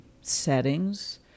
settings